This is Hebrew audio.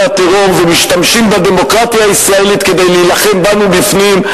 הטרור ומשתמשים בדמוקרטיה הישראלית כדי להילחם בנו מבפנים,